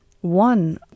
one